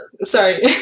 Sorry